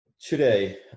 today